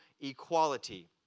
equality